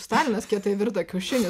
stalinas kietai virtą kiaušinį